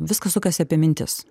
viskas sukasi apie mintis